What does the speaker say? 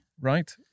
Right